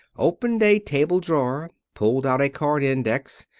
opened a table drawer, pulled out a card index,